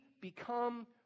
become